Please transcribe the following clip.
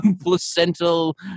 placental